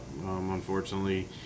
unfortunately